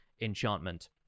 enchantment